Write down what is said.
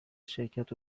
شرکت